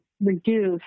reduce